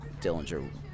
Dillinger